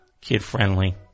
kid-friendly